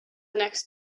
next